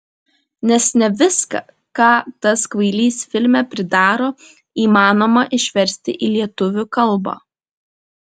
nes ne viską ką tas kvailys filme pridaro įmanoma išversti į lietuvių kalbą